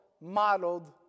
modeled